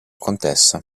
contessa